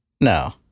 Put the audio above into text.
No